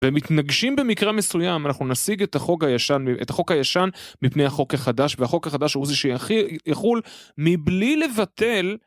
ומתנגשים במקרה מסוים אנחנו נשיג את החוק הישן מפני החוק החדש והחוק החדש הוא זה שיחול מבלי לבטל